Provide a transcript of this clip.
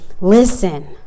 listen